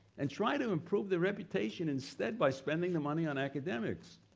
and try to improve their reputation instead by spending the money on academics.